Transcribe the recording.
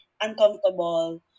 uncomfortable